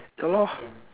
ya lor